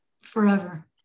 Forever